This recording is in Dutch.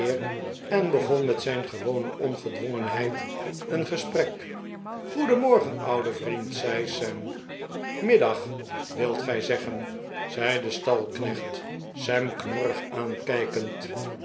en begon met zijn gewone ongedwongenheid een gesprek goedenmorgen oude vriend zei sam middag wilt gij zeggen zei de stalknecht sam knorrig aankijkend